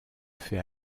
fais